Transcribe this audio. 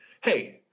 hey